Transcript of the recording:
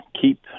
keep